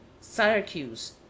Syracuse